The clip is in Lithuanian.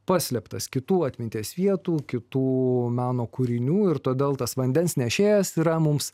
paslėptas kitų atminties vietų kitų meno kūrinių ir todėl tas vandens nešėjas yra mums